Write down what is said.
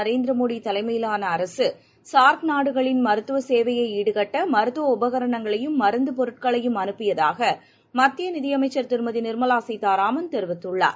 நரேந்திரமோடிதலைமையிலானஅரசுசார்க் நாடுகளின் மருத்துவதேவையைஈடுகட்டமருத்துவஉபகரணங்களையும் மருந்தபொருட்களையும் அனுப்பியதாகமத்தியநிதிஅமைச்சர் திருமதிநிர்மலாசீதாராமன் தெரிவித்துள்ளார்